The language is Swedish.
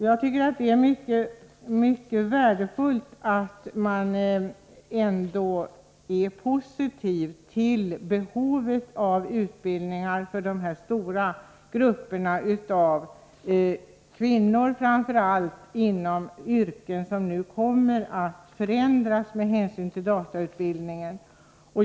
Jag tycker det är mycket värdefullt att utskottet var positivt till att tillgodose behovet av utbildning för dessa stora grupper kvinnor, framför allt inom yrken som nu kommer att förändras på grund av utvecklingen inom dataområdet.